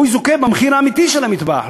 הוא יזוכה במחיר האמיתי של המטבח.